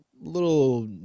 little